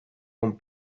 con